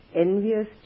envious